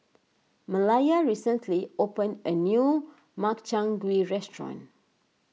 Malaya recently opened a new Makchang Gui Restaurant